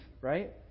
right